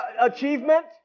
achievement